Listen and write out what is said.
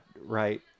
right